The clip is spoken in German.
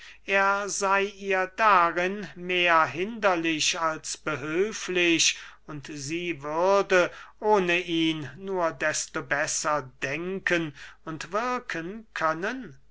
er sey ihr darin mehr hinderlich als behülflich und sie würde ohne ihn nur desto besser denken und wirken können